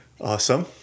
Awesome